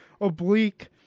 oblique